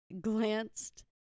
Glanced